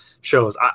shows